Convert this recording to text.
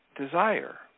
desire